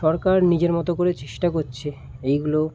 সরকার নিজের মতো করে চেষ্টা করছে এইগুলো